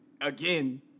again